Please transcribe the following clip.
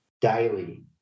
daily